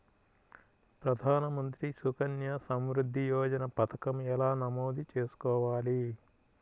ప్రధాన మంత్రి సుకన్య సంవృద్ధి యోజన పథకం ఎలా నమోదు చేసుకోవాలీ?